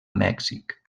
mèxic